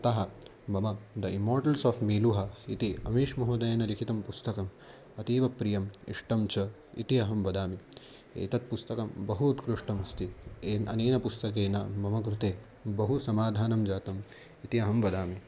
अतः मम the immortals of Meluha इति अमेष्महोदयेन लिखितं पुस्तकम् अतीवप्रियम् इष्टं च इति अहं वदामि एतत् पुस्तकं बहु उत्कृष्टम् अस्ति ए अनेन पुस्तकेन मम कृते बहु समाधानं जातम् इति अहं वदामि